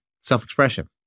self-expression